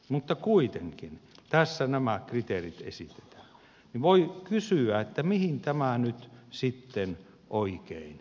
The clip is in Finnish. mutta kuitenkin tässä nämä kriteerit esitetään jolloin voi kysyä mihin tämä nyt sitten oikein perustuu